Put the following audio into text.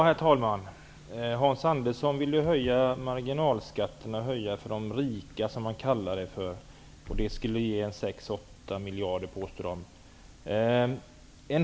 Herr talman! Hans Andersson vill höja marginalskatterna för de rika, som han säger. Det skulle ge 6--8 miljarder. miljarder.